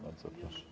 Bardzo proszę.